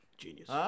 genius